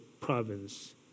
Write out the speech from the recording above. province